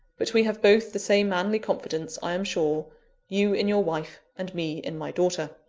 but we have both the same manly confidence, i am sure you in your wife, and me in my daughter.